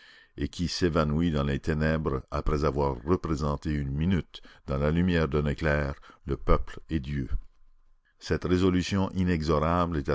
et qui s'évanouit dans les ténèbres après avoir représenté une minute dans la lumière d'un éclair le peuple et dieu cette résolution inexorable